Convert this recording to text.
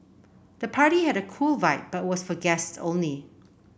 the party had a cool vibe but was for guests only